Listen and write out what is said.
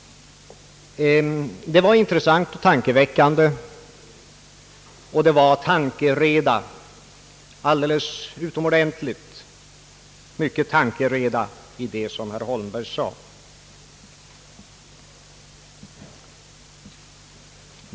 Det var »intressant och tankeväckande», och det var alldeles utomordentligt mycken »tankereda» i vad herr Holmberg sade även om det inte i sak innehöll någonting.